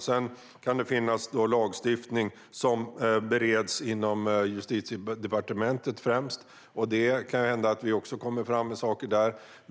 Sedan kan det finnas lagstiftning som främst bereds inom Justitiedepartementet, och det kan hända att vi också kommer fram med saker där.